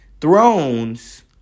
Thrones